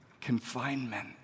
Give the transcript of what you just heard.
confinement